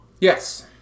Yes